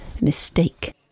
mistake